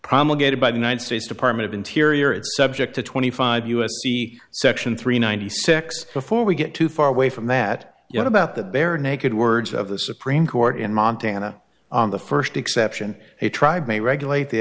promulgated by the united states department of interior it's subject to twenty five u s c section three ninety six before we get too far away from that yet about the bare naked words of the supreme court in montana on the first exception a tribe may regulate the